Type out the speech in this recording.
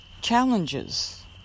challenges